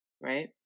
right